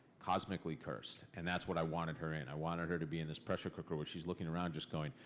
cosmically cursed. and that's what i wanted her in. i wanted her to be in this pressure cooker where she's looking around just going,